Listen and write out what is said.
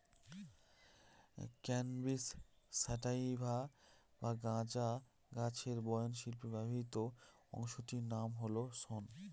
cannabis sativa বা গাঁজা গাছের বয়ন শিল্পে ব্যবহৃত অংশটির নাম হল শন